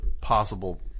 possible